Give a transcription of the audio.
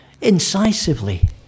incisively